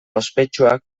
ospetsuak